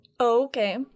okay